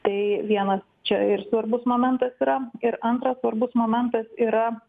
tai vienas čia ir svarbus momentas yra ir antras svarbus momentas yra